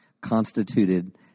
constituted